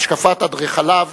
להשקפת אדריכליו,